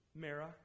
Mara